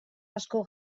asko